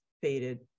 faded